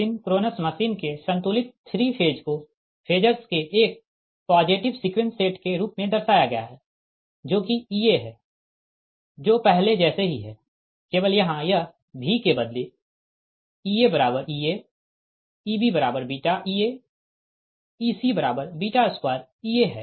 इसलिए synchronous machine के संतुलित 3 फेज को फेजरस के एक पॉजिटिव सीक्वेंस सेट के रूप में दर्शाया गया है जो कि Ea है जो पहले जैसे ही है केवल यहाँ यह V के बदले EaEaEbβEaEc2Ea है यह समीकरण 41 है